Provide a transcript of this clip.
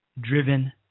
Driven